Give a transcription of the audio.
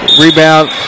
Rebound